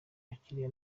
umukiriya